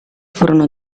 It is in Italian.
furono